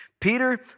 Peter